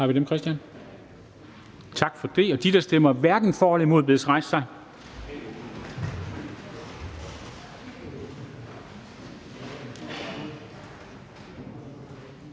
rejse sig. Tak for det. De, der stemmer hverken for eller imod, bedes rejse sig.